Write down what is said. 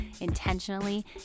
intentionally